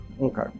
Okay